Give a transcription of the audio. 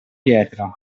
pietra